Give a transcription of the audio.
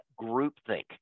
groupthink